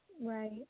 Right